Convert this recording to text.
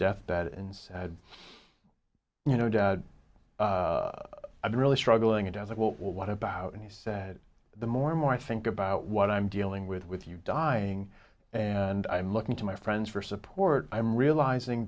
deathbed and said you know dad i'm really struggling it as well what about and he said the more and more i think about what i'm dealing with with you dying and i'm looking to my friends for support i'm realizing